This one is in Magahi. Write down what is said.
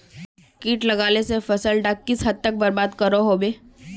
किट लगाले से फसल डाक किस हद तक बर्बाद करो होबे?